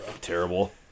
terrible